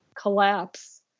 collapse